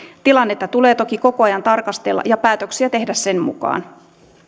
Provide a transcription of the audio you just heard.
tilannetta tulee toki koko ajan tarkastella ja päätöksiä tehdä sen mukaan